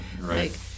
right